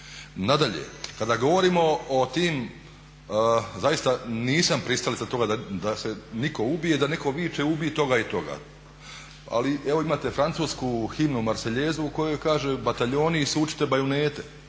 Nadalje, kada govorimo o tim, zaista nisam pristalica toga da se nitko ubije i da netko viče ubi toga i toga. Ali, evo imate francusku himnu "Marseljezu" u kojoj kaže bataljoni isučite bajunete.